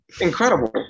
Incredible